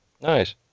Nice